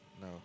No